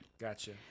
Gotcha